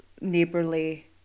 neighbourly